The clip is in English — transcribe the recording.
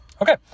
Okay